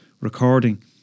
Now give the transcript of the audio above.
recording